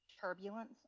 turbulence